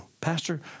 Pastor